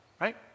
right